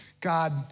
God